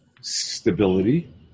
stability